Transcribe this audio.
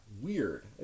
weird